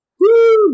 Woo